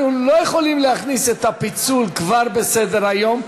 אנחנו לא יכולים להכניס את הפיצול כבר בסדר-היום,